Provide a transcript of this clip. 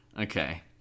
Okay